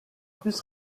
plus